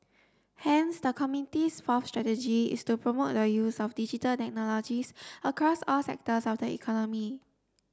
hence the committee's fourth strategy is to promote the use of Digital Technologies across all sectors of the economy